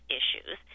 issues